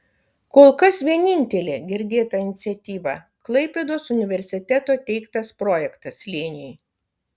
kol kas vienintelė girdėta iniciatyva klaipėdos universiteto teiktas projektas slėniui